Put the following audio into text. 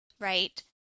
right